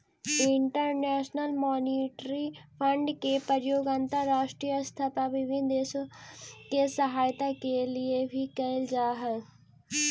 international monetary fund के प्रयोग अंतरराष्ट्रीय स्तर पर विभिन्न देश के सहायता के लिए भी कैल जा हई